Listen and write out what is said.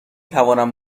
توانم